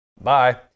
Bye